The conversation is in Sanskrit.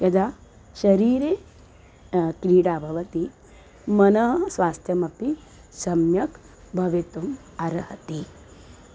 यदा शरीरे क्रीडा भवति मनः स्वास्थ्यमपि सम्यक् भवितुम् अर्हति